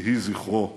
יהי זכרו ברוך.